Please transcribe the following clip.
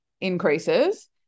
increases